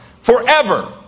forever